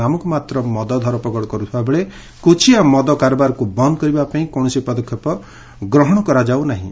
ନାମକୁ ମାତ୍ର ମଦ ଧରପଗଡ କରୁଥିବା ବେଳେ କୁଚିଆ ମଦ କାରବାରକୁ ବନ୍ଦ କରିବା ପାଇଁ କୌଣସି ପଦକ୍ଷେପ ଗ୍ରହଶ କର୍ନାହିଁ